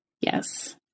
Yes